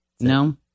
No